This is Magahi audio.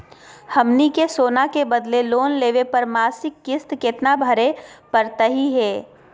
हमनी के सोना के बदले लोन लेवे पर मासिक किस्त केतना भरै परतही हे?